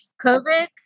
COVID